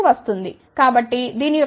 కాబట్టి దీని యొక్క విలువ 2